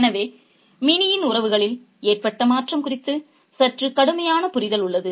எனவே மினியின் உறவுகளில் ஏற்பட்ட மாற்றம் குறித்து சற்று கடுமையான புரிதல் உள்ளது